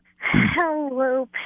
Hello